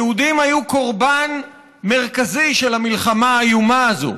היהודים היו קורבן מרכזי של המלחמה האיומה הזאת.